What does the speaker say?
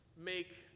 make